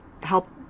help